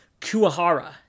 Kuahara